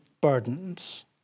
burdens